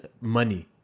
money